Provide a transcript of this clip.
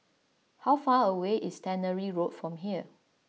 how far away is Tannery Road from here